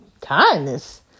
kindness